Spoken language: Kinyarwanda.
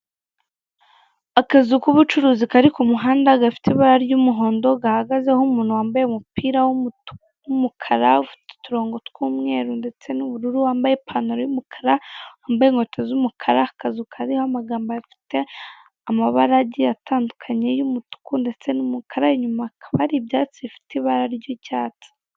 Akazu k'ubucuruzi kari ku kumuhanda, gafite ibara ry'umuhondo gahagazeho umuntu wambaye umupira w'umukara, ufite uturongo tw'umweru ndetse nu'ubururu, wambaye ipantaro y'umukara, wambaye inkweto z'umukara, akazu kariho amagambo afite amabara agiye atandukanye, y'umutuku ndetse n'umukara, inyuma hakaba hari ibyatsi bifite ibara ry'icyatsi.